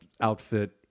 outfit